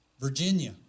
Virginia